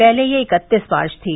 पहले यह इकतीस मार्च थी